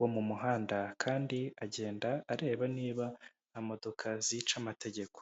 wo mu muhanda kandi agenda areba niba nta modoka zica amategeko.